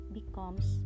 becomes